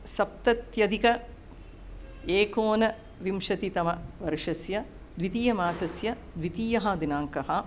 सप्तत्यधिक एकोनविंशतितमवर्षस्य द्वितीयमासस्य द्वितीयदिनाङ्कः